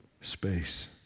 space